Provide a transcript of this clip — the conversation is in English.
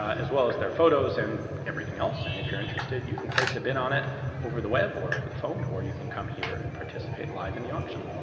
as well as their photos and everything else. and if you're interested, you can place a bid on it over the web, or over the phone, or you can come here and participate live in the auction.